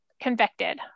convicted